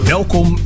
Welkom